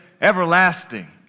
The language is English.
everlasting